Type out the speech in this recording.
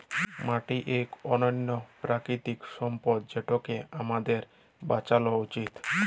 মাটি ইক অলল্য পেরাকিতিক সম্পদ যেটকে আমাদের বাঁচালো উচিত